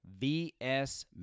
vs